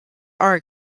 are